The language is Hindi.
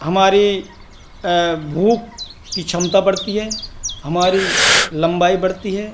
हमारी भूख की क्षमता बढ़ती है हमारी लम्बाई बढ़ती है